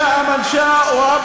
אין